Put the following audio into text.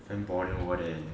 damn boring over there